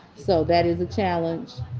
so that is a challenge.